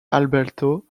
alberto